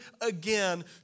again